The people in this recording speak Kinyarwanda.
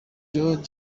george